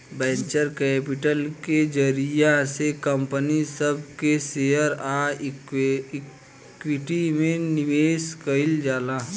venture capital के जरिया से कंपनी सब के शेयर आ इक्विटी में निवेश कईल जाला